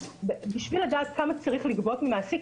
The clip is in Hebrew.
בשביל לדעת כמה צריך לגבות ממעסיק,